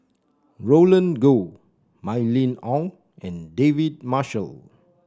Roland Goh Mylene Ong and David Marshall